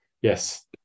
yes